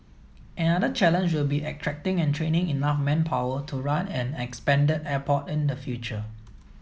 another challenge will be attracting and training enough manpower to run an expanded airport in the future